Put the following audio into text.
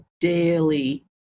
daily